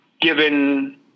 Given